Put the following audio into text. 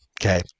Okay